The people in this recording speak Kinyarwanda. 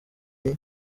d’or